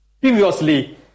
Previously